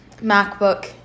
MacBook